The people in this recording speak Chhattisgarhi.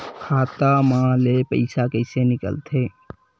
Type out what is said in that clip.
खाता मा ले पईसा कइसे निकल थे?